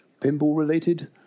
pinball-related